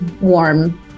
warm